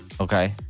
Okay